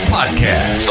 Podcast